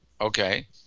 Okay